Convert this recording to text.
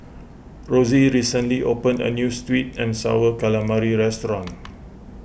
Rosey recently opened a New Sweet and Sour Calamari restaurant